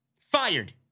Fired